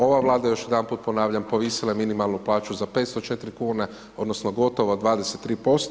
Ova Vlada još jedanput ponavljam povisila je minimalnu plaću za 504 kune, odnosno gotovo 23%